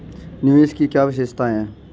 निवेश की क्या विशेषता है?